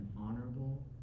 honorable